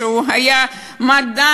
שהוא היה מדען,